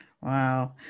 Wow